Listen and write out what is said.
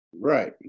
Right